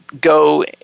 go